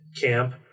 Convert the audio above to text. camp